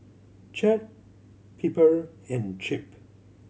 Chet Piper and Chip